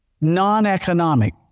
non-economic